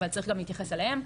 אבל צריך גם להתייחס אליהן,